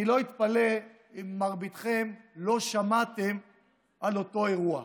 אני לא אתפלא אם מרביתכם לא שמעתם על אותו אירוע.